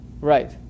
Right